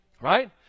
Right